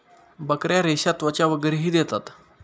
बकऱ्या रेशा, त्वचा वगैरेही देतात